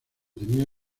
tenía